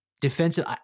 defensive –